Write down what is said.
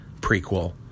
prequel